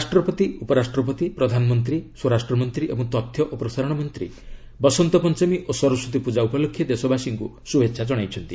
ରାଷ୍ଟ୍ରପତି ଉପରାଷ୍ଟ୍ରପତି ପ୍ରଧାନମନ୍ତ୍ରୀ ସ୍ୱରାଷ୍ଟ୍ରମନ୍ତ୍ରୀ ଏବଂ ତଥ୍ୟ ଓ ପ୍ରସାରଣମନ୍ତ୍ରୀ ବସନ୍ତ ପଞ୍ଚମୀ ଓ ସରସ୍ୱତୀ ପୂଜା ଉପଲକ୍ଷେ ଦେଶବାସୀଙ୍କୁ ଶୁଭେଚ୍ଛା ଜଣାଇଚ୍ଚନ୍ତି